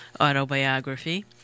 autobiography